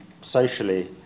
socially